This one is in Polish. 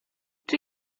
czy